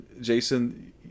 Jason